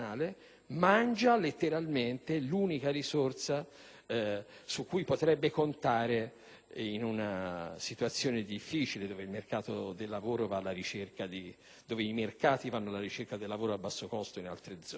mangia, letteralmente, l'unica risorsa su cui potrebbe contare in una situazione difficile, dove i mercati vanno alla ricerca del lavoro a basso costo in altre zone.